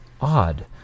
odd